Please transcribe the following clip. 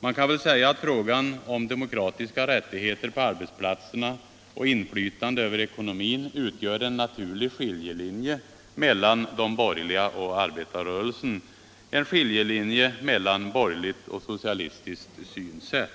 Man kan säga att frågan om demokratiska rättigheter på arbetsplatserna och inflytande över ekonomin utgör en naturlig skiljelinje mellan de borgerliga och arbetarrörelsen — en skiljelinje mellan borgerligt och socialistiskt synsätt.